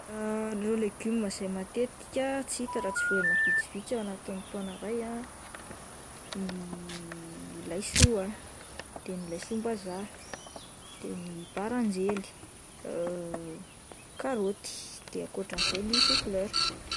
Ireo legioma izay matetika tsy hita raha tsy volana vitsivitsy aoa anatin'ny taona iray ah: ny laiso ah, de ny laisom-bazaha, de ny baranjely, karoty de akoatran'izay ny soflera.